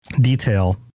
detail